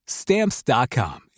stamps.com